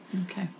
Okay